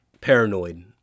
paranoid